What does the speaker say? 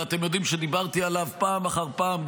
ואתם יודעים שדיברתי עליו פעם אחר פעם,